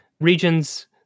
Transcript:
regions